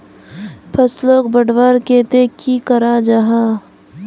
फसलोक बढ़वार केते की करा जाहा?